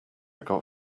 got